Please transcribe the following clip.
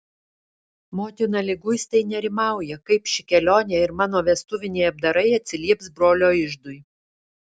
motina liguistai nerimauja kaip ši kelionė ir mano vestuviniai apdarai atsilieps brolio iždui